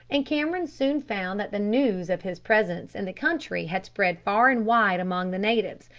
and cameron soon found that the news of his presence in the country had spread far and wide among the natives,